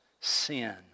sin